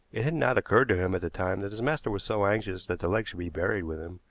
it had not occurred to him at the time that his master was so anxious that the leg should be buried with him,